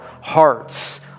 hearts